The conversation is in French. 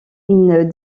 une